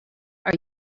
are